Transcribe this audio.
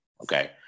okay